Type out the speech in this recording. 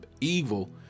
evil